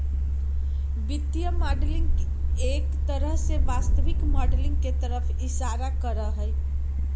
वित्तीय मॉडलिंग एक तरह से वास्तविक माडलिंग के तरफ इशारा करा हई